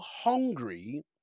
hungry